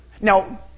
Now